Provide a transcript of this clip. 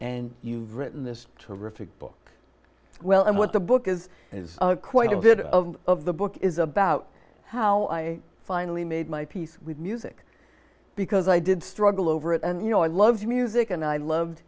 and you've written this terrific book well and what the book is is quite a bit of of the book is about how i finally made my peace with music because i did struggle over it and you know i love music and i loved